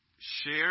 Share